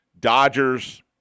Dodgers